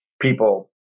people